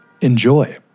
Enjoy